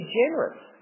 generous